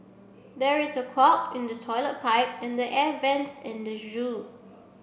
there is a clog in the toilet pipe and the air vents at the zoo